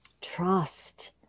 Trust